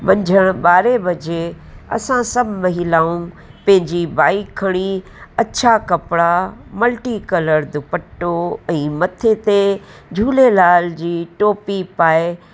मंझंदि ॿारहें बजे असां सभु महिलाऊं पंहिंजी बाइक खणी अच्छा कपिड़ा मल्टीकलर दुप्पटो ऐं मथे ते झूलेलाल जी टोपी पाए